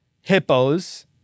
hippos